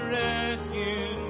rescue